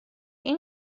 این